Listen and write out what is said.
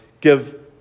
give